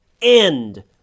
end